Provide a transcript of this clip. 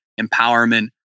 empowerment